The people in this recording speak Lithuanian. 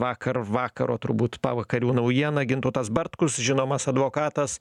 vakar vakaro turbūt pavakarių naujiena gintautas bartkus žinomas advokatas